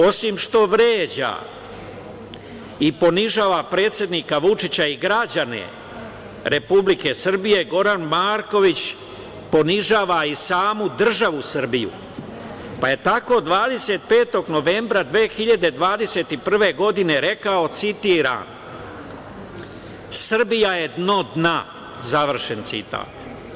Osim što vređa i ponižava predsednika Vučića i građane Republike Srbije, Goran Marković ponižava i samu državu Srbiju, pa je tako 25. novembra 2021. godine rekao, citiram – Srbija je dno dna, završen citat.